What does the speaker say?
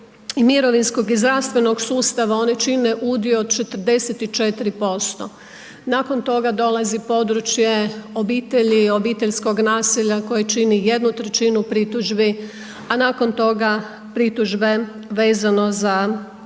mirovinskog i zdravstvenog sustava, one čine udio od 44%. Nakon toga dolazi područje obitelji, obiteljskog nasilja koje čini 1/3 pritužbi a nakon toga pritužbe vezano za ostala